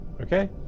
Okay